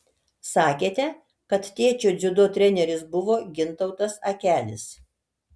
sakėte kad tėčio dziudo treneris buvo gintautas akelis